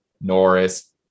Norris